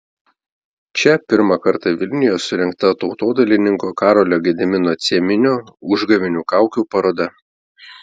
čia pirmą kartą vilniuje surengta tautodailininko karolio gedimino cieminio užgavėnių kaukių paroda